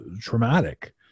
traumatic